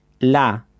la